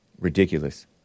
Ridiculous